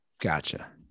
Gotcha